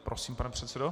Prosím, pane předsedo.